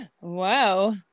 Wow